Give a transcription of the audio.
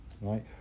Right